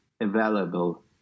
available